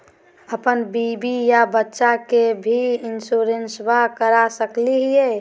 अपन बीबी आ बच्चा के भी इंसोरेंसबा करा सकली हय?